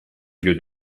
lieu